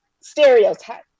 stereotype